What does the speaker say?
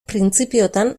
printzipiotan